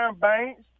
Banks